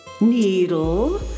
Needle